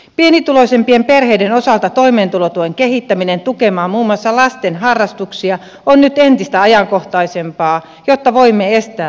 pienituloisimpien perheiden osalta toimeentulotuen kehittäminen tukemaan muun muassa lasten harrastuksia on nyt entistä ajankohtaisempaa jotta voimme estää lasten syrjäytymisen